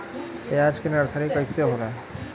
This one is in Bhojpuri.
प्याज के नर्सरी कइसे होला?